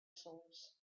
souls